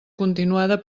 continuada